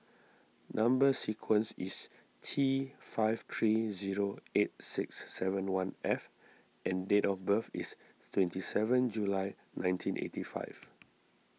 Number Sequence is T five three zero eight six seven one F and date of birth is twenty seven July nineteen eighty five